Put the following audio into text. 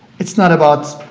it's not about,